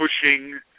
pushing